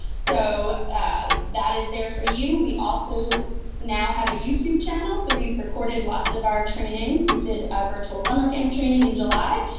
so that is there for you. we also now have a youtube channel so we've recorded lots of our trainings. we did a virtual summer camp training in july,